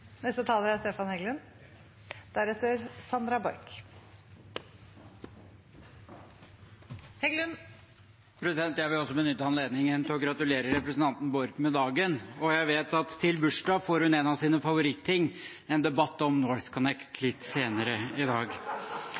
Jeg vil også benytte anledningen til å gratulere representanten Borch med dagen. Og jeg vet at til bursdagen får hun en av sine favoritting: en debatt om NorthConnect – litt senere i dag!